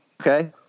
Okay